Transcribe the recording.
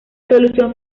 solución